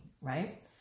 right